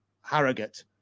Harrogate